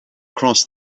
cross